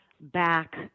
back